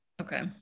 Okay